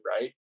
Right